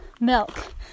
Milk